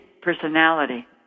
personality